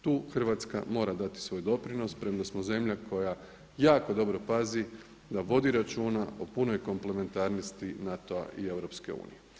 Tu Hrvatska mora dati svoj doprinos premda smo zemlja koja jako dobro pazi da vodi računa o punoj komplementarnosti NATO-a i EU.